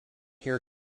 here